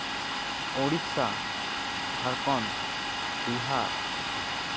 Odisha Jharkhand Bihar